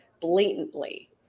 blatantly